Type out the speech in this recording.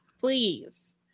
please